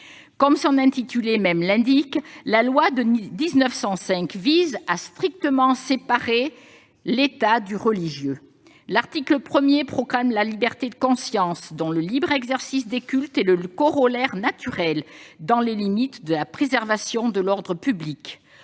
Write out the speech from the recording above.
Comme son intitulé même l'indique, la loi de 1905 vise à séparer strictement l'État du religieux. L'article 1 proclame la liberté de conscience, dont le libre exercice des cultes est le corollaire naturel, dans les limites de la préservation de l'ordre public